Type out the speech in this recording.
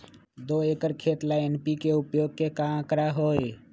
दो एकर खेत ला एन.पी.के उपयोग के का आंकड़ा होई?